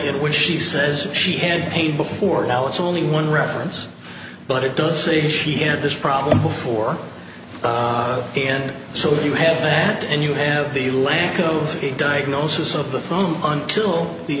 which she says she had pain before now it's only one reference but it does say she had this problem before and so you have that and you have the lack of a diagnosis of the phone till the